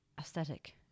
aesthetic